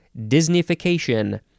Disneyfication